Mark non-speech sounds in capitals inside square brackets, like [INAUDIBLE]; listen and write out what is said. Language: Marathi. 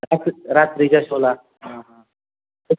[UNINTELLIGIBLE] रात्रीच्या शोला हां हां